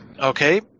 okay